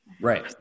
Right